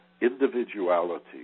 individuality